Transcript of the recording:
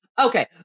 Okay